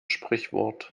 sprichwort